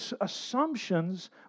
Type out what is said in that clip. assumptions